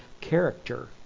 character